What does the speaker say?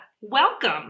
Welcome